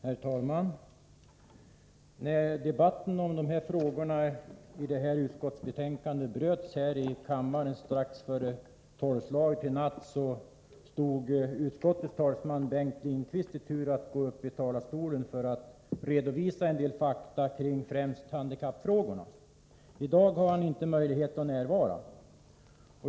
Herr talman! När debatten om detta betänkande bröts här i kammaren strax före 12-slaget i natt stod utskottets talesman Bengt Lindqvist i tur att gå uppi talarstolen för att redovisa en del fakta om främst handikappfrågorna. I dag har han inte möjlighet att närvara.